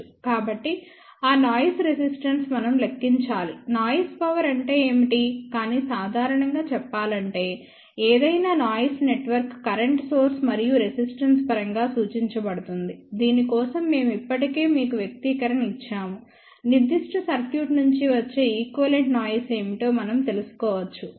కాబట్టి ఆ noise resistance మనం లెక్కించాలి నాయిస్ పవర్ అంటే ఏమిటి కానీ సాధారణంగా చెప్పాలంటే ఏదైనా నాయిస్ నెట్వర్క్ కరెంట్ సోర్స్ మరియు రెసిస్టెన్స్ పరంగా సూచించబడుతుంది దీని కోసం మేము ఇప్పటికే మీకు వ్యక్తీకరణ ఇచ్చాము నిర్దిష్ట సర్క్యూట్ నుండి వచ్చే ఈక్వివలెంట్ నాయిస్ ఏమిటో మనం తెలుసుకోవచ్చు